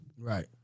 Right